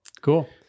Cool